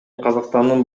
казакстандын